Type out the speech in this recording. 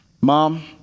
mom